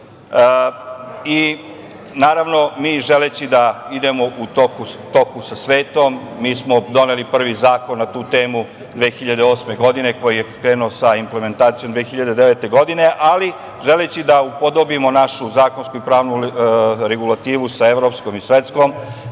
ličnosti. Naravno, želeći da idemo u toku sa svetom, mi smo doneli prvi zakon na tu temu 2008. godine, koji je krenuo sa implementacijom 2009. godine, ali želeći da upodobimo našu zakonsku i pravnu regulativu sa evropskom i svetskom,